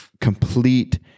complete